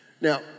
Now